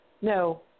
No